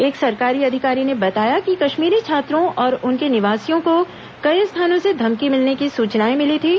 एक सरकारी अधिकारी ने बताया कि कश्मीरी छात्रों और उनके निवासियों को कई स्थानों से धमकी मिलने की सूचनाएं मिली थीं